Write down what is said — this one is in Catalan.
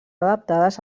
adaptades